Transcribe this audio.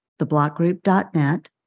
theblockgroup.net